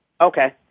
Okay